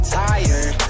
tired